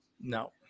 no